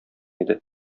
иде